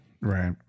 Right